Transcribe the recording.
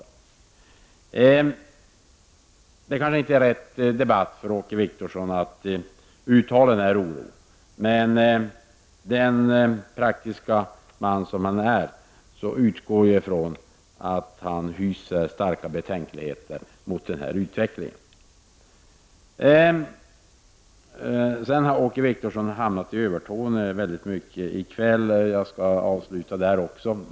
Detta kanske inte är rätt debatt för Åke Wictorsson att uttala oro i, men som den praktiske man han är utgår jag ifrån att han hyser starka betänkligheter mot denna utveckling. Under debatten har Åke Wictorsson väldigt ofta hamnat i Övertorneå.